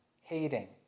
hating